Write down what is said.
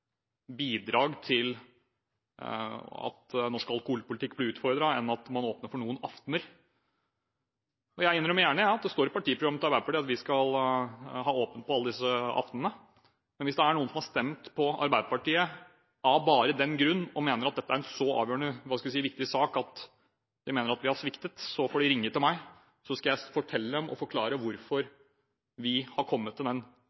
bidrag til at norsk alkoholpolitikk blir utfordret, enn at man åpner for noen aftener. Jeg innrømmer gjerne at det står i partiprogrammet til Arbeiderpartiet at vi skal ha åpent på alle disse aftenene. Men hvis det er noen som har stemt på Arbeiderpartiet bare av den grunn, og som mener at dette er en avgjørende og viktig sak der vi har sviktet, får de ringe til meg, så skal jeg forklare dem hvorfor vi har kommet til